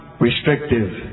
restrictive